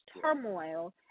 turmoil